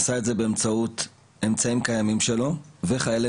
עשה את זה באמצעות אמצעים קיימים שלו וחיילי